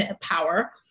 power